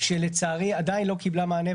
שלצערי עדיין לא קיבלה מענה,